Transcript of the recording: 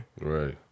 Right